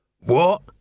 What